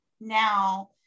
now